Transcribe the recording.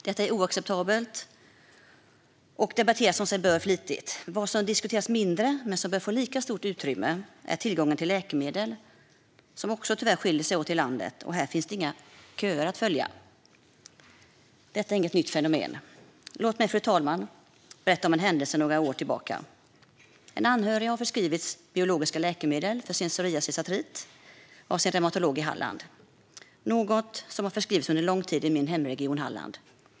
Detta är oacceptabelt och debatteras som sig bör flitigt. Vad som diskuteras mindre men som bör få lika stort utrymme är att även tillgången till läkemedel tyvärr skiljer sig åt i landet, och här finns inga köer att följa. Detta är inget nytt fenomen. Fru talman! Låt mig berätta om en händelse några år tillbaka. En anhörig har förskrivits biologiska läkemedel för sin psoriasisartrit av sin reumatolog i Halland. Detta är något som har förskrivits under lång tid i min hemregion, Halland.